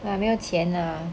啊没有钱啦